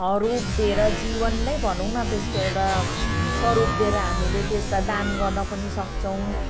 रूप दिएर जीवन नै भनौँ न त्यसको एउटा स्वरूप दिएर हामीले त्यसलाई दान गर्न पनि सक्छौँ